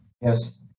Yes